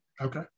Okay